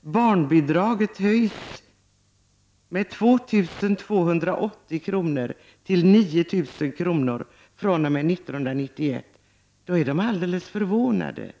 barnbidraget höjs med 2 280 kr. till 9 000 kr. fr.o.m. 1991 blir de alldeles förvånade.